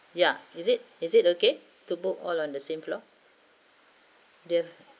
ya is it is it okay to book all on the same floor